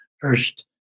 first